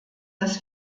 das